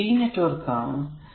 ഇത് ഒരു T network ആണ്